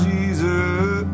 Jesus